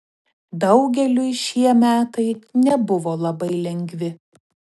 daugeliui šie metai nebuvo labai lengvi